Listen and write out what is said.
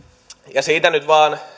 ja siitä nyt vain